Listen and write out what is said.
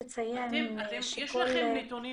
יש לכם נתונים